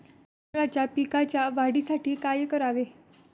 तांदळाच्या पिकाच्या वाढीसाठी काय करावे?